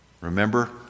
Remember